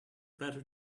better